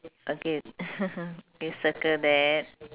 okay K circle that